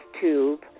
tube